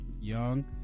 Young